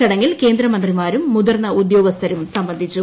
ചടങ്ങിൽ കേന്ദ്രമന്ത്രിമാരും ക്രൂതിർന്ന ഉദ്യോഗസ്ഥരും സംബന്ധിച്ചു